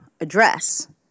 address